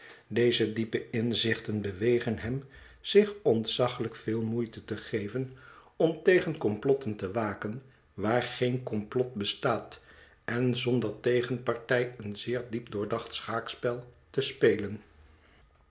deze diepe inzichten bewegen hem zich ontzaglijk veel moeite te geven om tegen komplotten te waken waar geen komplot bestaat en zonder tegenpartij een zeer diep doordacht schaakspel te spelen